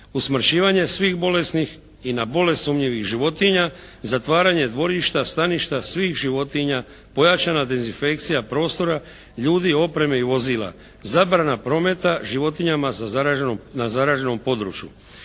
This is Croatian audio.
usmrćivanje svih bolesnih i na bolest sumnjivih životinja, zatvaranje dvorišta, staništa svih životinja, pojačana dezinfekcija prostora, ljudi, opreme i vozila, zabrana prometa životinjama na zaraženom području.